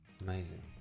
amazing